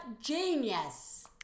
genius